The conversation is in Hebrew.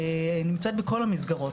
נמצאת בכל המסגרות.